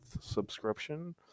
subscription